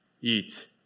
eat